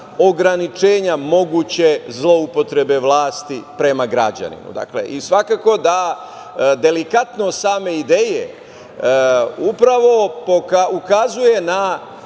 ograničenja moguće zloupotrebe vlasti prema građaninu i svakako da delikatnost same ideje upravo ukazuje na